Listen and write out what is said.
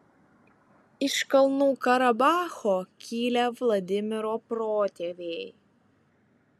iš kalnų karabacho kilę vladimiro protėviai